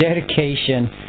dedication